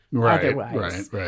otherwise